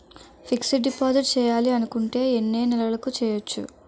Fixed deposit చేయాలి అనుకుంటే ఎన్నే నెలలకు చేయొచ్చు?